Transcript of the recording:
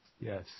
Yes